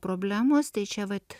problemos tai čia vat